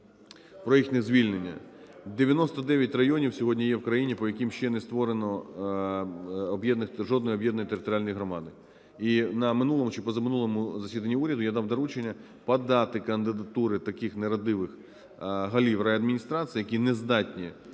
про їхнє звільнення. 99 районів сьогодні є в країні, по яким ще не створено жодної об’єднаної територіальної громади. І на минулому чи позаминулому засіданні уряду я дав доручення подати кандидатури таких "нерадивих" голів райадміністрацій, які не здатні